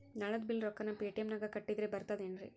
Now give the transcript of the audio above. ನಳದ್ ಬಿಲ್ ರೊಕ್ಕನಾ ಪೇಟಿಎಂ ನಾಗ ಕಟ್ಟದ್ರೆ ಬರ್ತಾದೇನ್ರಿ?